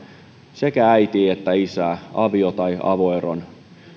sekä äitiin että isään avio tai avoeron